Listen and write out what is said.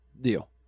deal